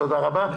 תודה רבה.